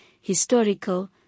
historical